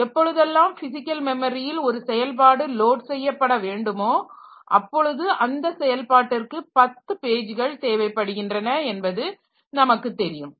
எப்பொழுதெல்லாம் பிசிக்கல் மெமரியில் ஒரு செயல்பாடு லோட் செய்யப்பட வேண்டுமோ அப்பொழுது அந்த செயல்பாட்டிற்கு 10 பேஜ்கள் தேவைப்படுகிறன என்பது நமக்கு தெரியும்